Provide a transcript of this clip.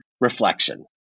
reflection